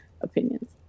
opinions